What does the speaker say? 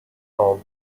call